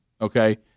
okay